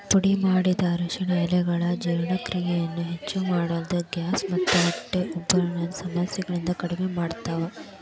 ಪುಡಿಮಾಡಿದ ಅರಿಶಿನ ಎಲೆಗಳು ಜೇರ್ಣಕ್ರಿಯೆಯನ್ನ ಹೆಚ್ಚಮಾಡೋದಲ್ದ, ಗ್ಯಾಸ್ ಮತ್ತ ಹೊಟ್ಟೆ ಉಬ್ಬರದಂತ ಸಮಸ್ಯೆಗಳನ್ನ ಕಡಿಮಿ ಮಾಡ್ತಾವ